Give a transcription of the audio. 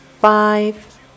five